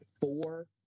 four